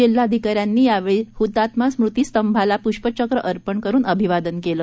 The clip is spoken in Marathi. जिल्हाधिकाऱ्यांनी यावेळी हृतात्मा स्मृतिस्तंभला पृष्पचक्र अर्पण करून अभिवादन केलं